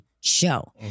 show